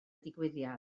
digwyddiad